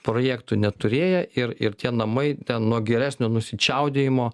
projektų neturėję ir ir tie namai ten nuo geresnio nusičiaudėjimo